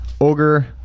Ogre